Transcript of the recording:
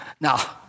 Now